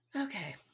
Okay